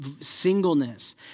singleness